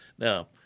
Now